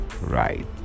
right